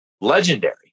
Legendary